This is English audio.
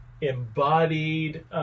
embodied